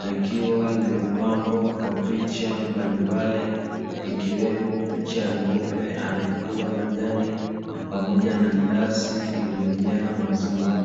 likiwa limepambwa kwa picha mbalimbali, ikiwemo picha ya ng'ombe anayekula majani pamoja na glasi iliyojaa maziwa.